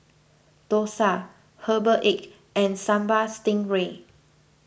Dosa Herbal Egg and Sambal Stingray